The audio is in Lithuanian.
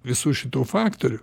visų šitų faktorių